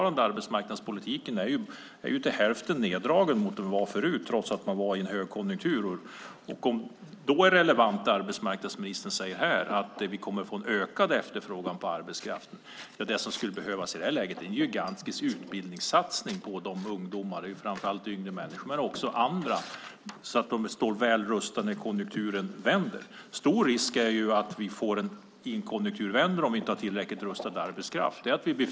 Arbetsmarknadspolitiken är fortfarande till hälften neddragen mot vad den var förut, trots att man då var i en högkonjunktur. Om det är relevant som arbetsmarknadsministern säger här att vi kommer att få en ökad efterfrågan på arbetskraft är det som behövs i det här läget en gigantisk utbildningssatsning på ungdomar, eftersom det framför allt handlar om yngre människor, men också andra så att de står väl rustade när konjunkturen vänder. Det finns en stor risk om vi inte har tillräckligt rustad arbetskraft när konjunkturen vänder.